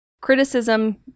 criticism